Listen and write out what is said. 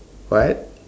what